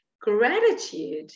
Gratitude